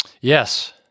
Yes